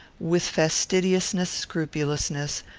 with fastidious scrupulousness,